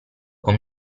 con